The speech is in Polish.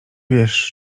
wiesz